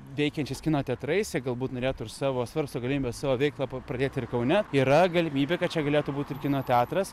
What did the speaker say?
veikiančiais kino teatrais jie galbūt norėtų ir savo svarsto galimybę savo veiklą pradėti ir kaune yra galimybė kad čia galėtų būt ir kino teatras